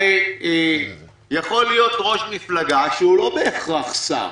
הרי יכול להיות ראש ממשלה שהוא לא בהכרח שר,